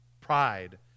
pride